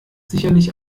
sicherlich